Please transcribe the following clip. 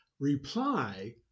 Reply